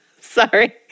sorry